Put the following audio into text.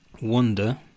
wonder